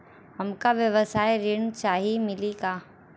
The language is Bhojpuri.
हमका व्यवसाय ऋण चाही मिली का?